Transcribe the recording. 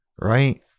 Right